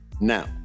Now